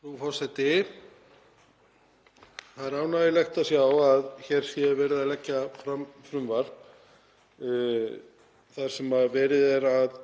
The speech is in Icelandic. Frú forseti. Það er ánægjulegt að hér sé verið að leggja fram frumvarp þar sem verið er að